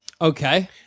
Okay